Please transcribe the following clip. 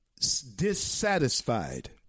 dissatisfied